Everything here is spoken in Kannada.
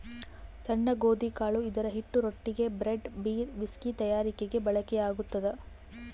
ಸಣ್ಣ ಗೋಧಿಕಾಳು ಇದರಹಿಟ್ಟು ರೊಟ್ಟಿಗೆ, ಬ್ರೆಡ್, ಬೀರ್, ವಿಸ್ಕಿ ತಯಾರಿಕೆಗೆ ಬಳಕೆಯಾಗ್ತದ